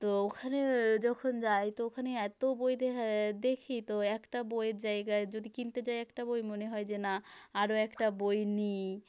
তো ওখানে যখন যাই তো ওখানে এত বই দেহা দেখি তো একটা বইয়ের জায়গায় যদি কিনতে যাই একটা বই মনে হয় যে না আরো একটা বই নিই